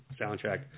soundtrack